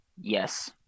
Yes